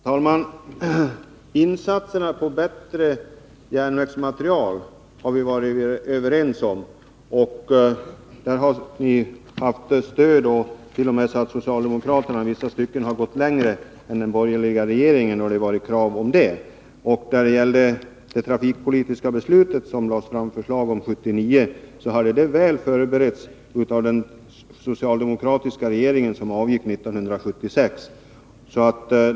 Herr talman! Satsningarna på bättre järnvägsmateriel har vi varit överens om, och där har ni haft vårt stöd — i vissa stycken har socialdemokraterna t.o.m. velat gå längre än den borgerliga regeringen. Det förslag till trafikpolitiskt beslut som lades fram 1979 hade väl förberetts av den socialdemokratiska regering som avgick 1976.